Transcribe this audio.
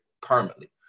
permanently